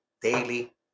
daily